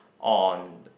on